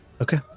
Okay